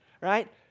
right